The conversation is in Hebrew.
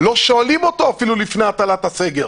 אפילו לא שואלים אותו לפני הטלת הסגר.